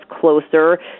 closer